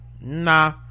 nah